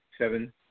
seven